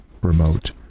remote